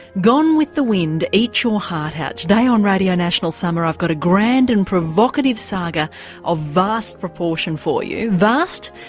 gone with the wind, eat your heart out, today on radio national summer i've got a grand and provocative saga of vast proportion for you. vast,